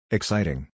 Exciting